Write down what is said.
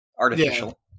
artificial